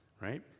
right